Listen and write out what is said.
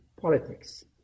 politics